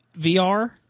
VR